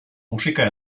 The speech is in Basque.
musika